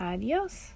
Adios